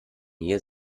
hier